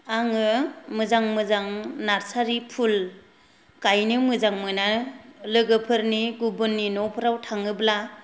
आङो मोजां मोजां नार्सारी फुल गायनो मोजां मोनो लोगोफोरनि गुबुननि नफोराव थाङोब्ला